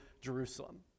Jerusalem